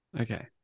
Okay